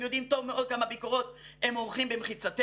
יודעים טוב מאוד כמה ביקורות הם עורכים במחיצתנו,